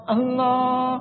Allah